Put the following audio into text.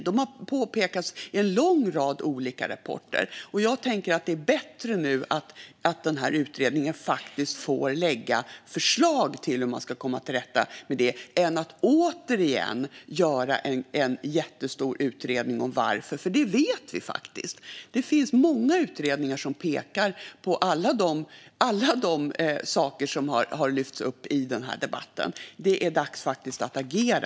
De har påpekats i en lång rad olika rapporter, och jag tänker att det nu är bättre att den här utredningen faktiskt får lägga förslag på hur man ska komma till rätta med problemen än att vi återigen ska göra en jättestor utredning om varför. Vi vet som sagt redan detta. Det finns många utredningar som pekar på alla de saker som har lyfts upp i den här debatten, och nu är det dags att agera.